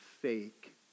fake